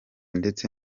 ndetse